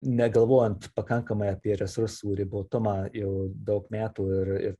negalvojant pakankamai apie resursų ribotumą jau daug metų ir ir